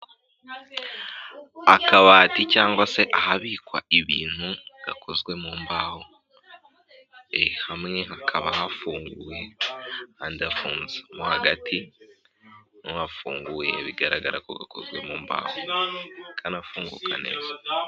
Akabati cyangwa se ahabikwa ibintu gakozwe mu mbaho hamwe hakaba hafunguye, ahandi hafunze mo hagati mu hafunguye bigaragara ko gakozwe mu mbaho kanafunguka neza.